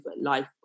life